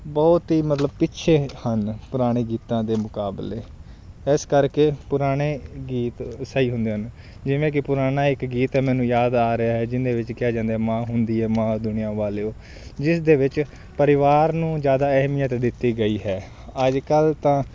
ਬਹੁਤ ਹੀ ਮਤਲਬ ਪਿੱਛੇ ਹਨ ਪੁਰਾਣੇ ਗੀਤਾਂ ਦੇ ਮੁਕਾਬਲੇ ਇਸ ਕਰਕੇ ਪੁਰਾਣੇ ਗੀਤ ਸਹੀ ਹੁੰਦੇ ਹਨ ਜਿਵੇਂ ਕਿ ਪੁਰਾਣਾ ਇੱਕ ਗੀਤ ਮੈਨੂੰ ਯਾਦ ਆ ਰਿਹਾ ਜਿਹਦੇ ਵਿੱਚ ਕਿਹਾ ਜਾਂਦਾ ਮਾਂ ਹੁੰਦੀ ਹੈ ਮਾਂ ਉਹ ਦੁਨੀਆ ਵਾਲਿਓ ਜਿਸ ਦੇ ਵਿੱਚ ਪਰਿਵਾਰ ਨੂੰ ਜ਼ਿਆਦਾ ਅਹਿਮੀਅਤ ਦਿੱਤੀ ਗਈ ਹੈ ਅੱਜ ਕੱਲ੍ਹ ਤਾਂ